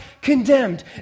condemned